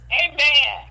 amen